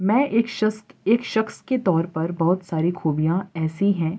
میں ایک شخص کے طور پر بہت ساری خوبیاں ایسی ہیں